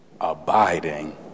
abiding